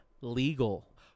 legal